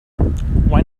why